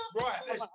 Right